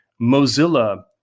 Mozilla